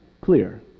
clear